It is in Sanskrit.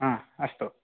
हा अस्तु